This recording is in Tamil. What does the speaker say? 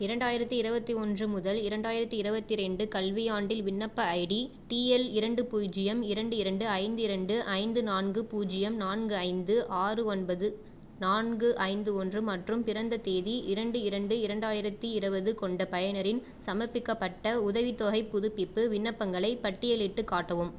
இரண்டாயிரத்தி இருபத்தி ஒன்று முதல் இரண்டாயிரத்தி இருபத்தி ரெண்டு கல்வியாண்டில் விண்ணப்ப ஐடி டி எல் இரண்டு பூஜ்ஜியம் இரண்டு இரண்டு ஐந்து இரண்டு ஐந்து நான்கு பூஜ்ஜியம் நான்கு ஐந்து ஆறு ஒன்பது நான்கு ஐந்து ஒன்று மற்றும் பிறந்த தேதி இரண்டு இரண்டு இரண்டாயிரத்தி இருபது கொண்ட பயனரின் சமர்ப்பிக்கப்பட்ட உதவித்தொகைப் புதுப்பிப்பு விண்ணப்பங்களைப் பட்டியலிட்டுக் காட்டவும்